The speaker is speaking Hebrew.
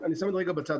אני שם רגע בצד.